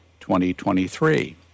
2023